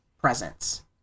Presence